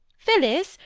phillis,